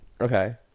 okay